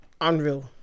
Unreal